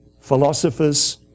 philosophers